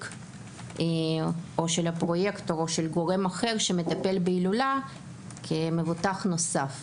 או של הפרויקטור או של גורם אחר שמטפל בהילולה כמבוטח נוסף,